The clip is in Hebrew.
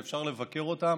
ואפשר לבקר אותם